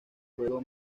juego